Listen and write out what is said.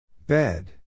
Bed